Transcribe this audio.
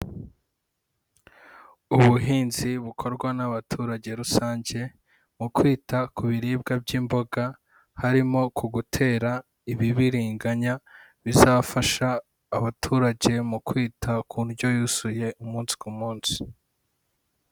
Ubuhinzi bukorwa n'abaturage rusange mu kwita ku biribwa by'imboga, harimo ku gutera ibibiriganya bizafasha abaturage mu kwita ku ndyo yuzuye umunsi ku munsi.